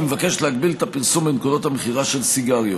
היא מבקשת להגביל את הפרסום בנקודות המכירה של סיגריות.